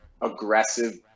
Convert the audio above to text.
aggressive